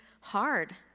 hard